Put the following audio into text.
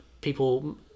People